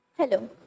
Hello